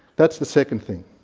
that's the second thing.